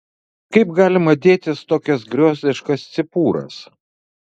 kaip galima dėtis tokias griozdiškas cipūras